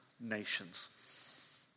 nations